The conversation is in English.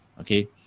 okay